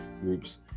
groups